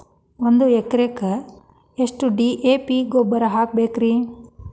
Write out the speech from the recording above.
ಒಂದು ಎಕರೆಕ್ಕ ಎಷ್ಟ ಡಿ.ಎ.ಪಿ ಗೊಬ್ಬರ ಹಾಕಬೇಕ್ರಿ?